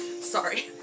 Sorry